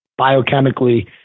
biochemically